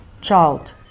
child